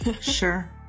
sure